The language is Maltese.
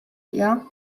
fiha